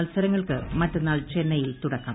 മത്സരങ്ങൾക്ക് മറ്റന്നാൾ ചെന്നൈയിൽ തുടക്കം